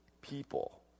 people